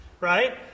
right